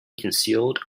concealed